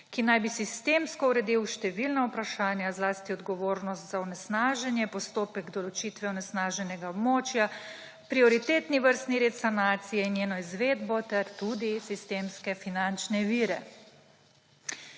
ki naj bi sistemsko uredil številna vprašanja, zlasti odgovornost za onesnaženje, postopek določitve onesnaženega območja, prioritetni vrstni red sanacije, njeno izvedbo ter tudi sistemske finančne vire.